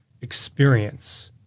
experience